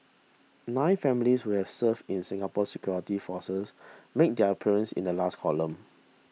nine families who have served in Singapore's security forces made their appearance in the last column